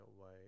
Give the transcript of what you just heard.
away